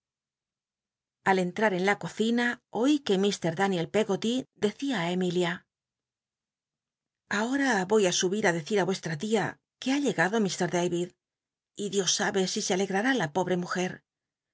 al enlmr en la cocina oí que mr da y el pcggoly decia emilia ahora voy á l m i lia ahora oy i ubir tí decir á l tia que ba llegado ifr david y dios sabe si se alegrará la pobre mujcl